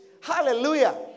Hallelujah